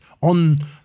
on